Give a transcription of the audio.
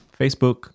Facebook